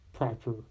Proper